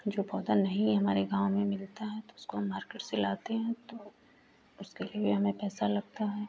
जो पौधा नहीं है हमारे गाँव में मिलता है तो उसको हम मार्केट से लाते है उसके लिए हमें पैसा लगता है